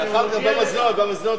חד-צדדי ואני מוחה על כך.